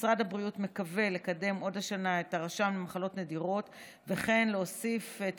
משרד הבריאות מקווה לקדם עוד השנה את הרשם למחלות נדירות וכן להוסיף את